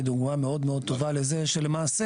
היא דוגמא מאוד מאוד טובה לזה שלמעשה,